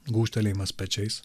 gūžtelėjimas pečiais